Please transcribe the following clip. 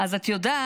אז את יודעת